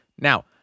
Now